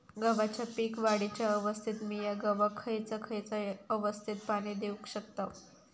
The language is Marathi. गव्हाच्या पीक वाढीच्या अवस्थेत मिया गव्हाक खैयचा खैयचा अवस्थेत पाणी देउक शकताव?